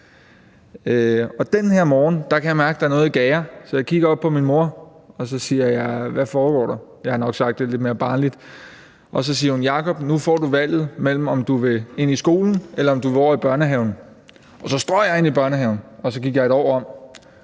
Den her morgen kan jeg mærke, at der er noget i gære, og så kigger jeg op på min mor, og så siger jeg: Hvad foregår der? Jeg har nok sagt det lidt mere barnligt. Og så siger hun: Jacob, nu får du valget mellem, om du vil ind i skolen, eller om du vil over i børnehaven. Og så strøg jeg ind i børnehaven, og så gik jeg 1 år om.